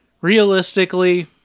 realistically